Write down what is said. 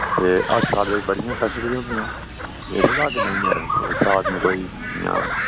ते हस्ताल दी बड़ियां फैसिलिटी होंदियां थोह्ड़ा की नेईं ऐ उत्थें आदमी कोई इ'यां